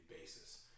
basis